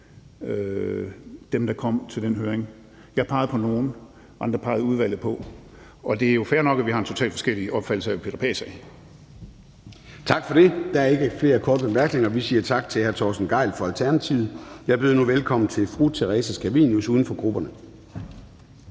dem, der kom til den høring. Jeg pegede på nogle, andre pegede udvalget på. Og det er jo fair nok, at vi har en totalt forskellig opfattelse af, hvad Peter Pagh sagde. Kl. 13:28 Formanden (Søren Gade): Tak for det. Der er ikke flere korte bemærkninger. Vi siger tak til hr. Torsten Gejl fra Alternativet. Jeg byder nu velkommen til fru Theresa Scavenius, uden for grupperne.